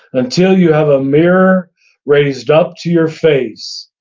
until you have a mirror raised up to your face.